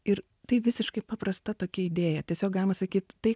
ir tai visiškai paprasta tokia idėja tiesiog galima sakyt tai